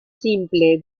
simple